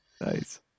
Nice